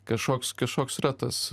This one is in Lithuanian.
kažkoks kažkoks yra tas